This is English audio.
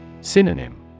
Synonym